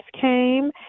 came